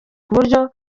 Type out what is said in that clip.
kuburyo